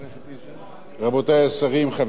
רבותי השרים, חברי חברי הכנסת,